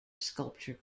sculpture